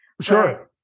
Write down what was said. sure